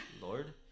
Lord